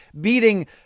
beating